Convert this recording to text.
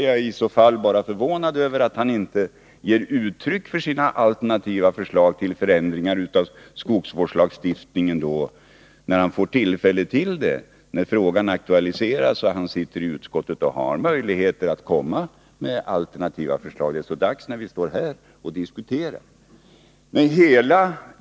Jag är i så fall förvånad över att han inte ger uttryck för sina alternativa förslag i utskottet, där han sitter med och har möjlighet att komma med förslag. Det är så dags när vi står här och diskuterar.